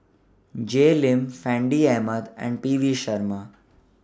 Jay Lim Fandi Ahmad and P V Sharma